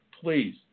please